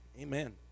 Amen